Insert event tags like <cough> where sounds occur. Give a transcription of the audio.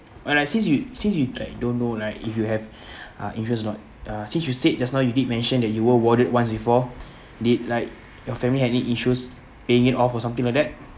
alright since you since you like don't know like if you have <breath> uh insurance or not uh since you said just now you did mention that you were warded once before did like your family had any issues paying it off or something like that